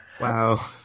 Wow